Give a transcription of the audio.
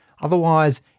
Otherwise